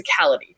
physicality